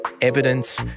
evidence